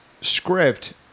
script